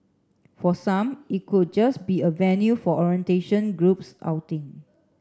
for some it could just be a venue for orientation groups outing